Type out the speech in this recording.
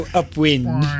upwind